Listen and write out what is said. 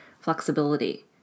flexibility